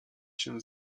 się